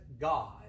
God